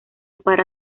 para